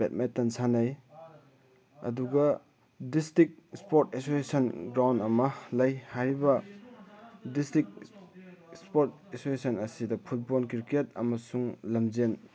badminton ꯁꯥꯟꯅꯩ ꯑꯗꯨꯒ district sports association ground ꯑꯃ ꯂꯩ ꯍꯥꯏꯔꯤꯕ ꯗꯤꯁꯇ꯭ꯔꯤꯛ ꯏꯁꯄꯣꯔꯠ ꯑꯦꯁꯣꯁꯦꯁꯟ ꯑꯁꯤꯗ ꯐꯨꯠꯕꯣꯜ ꯀ꯭ꯔꯤꯀꯦꯠ ꯑꯃꯁꯨꯡ ꯂꯝꯖꯦꯟ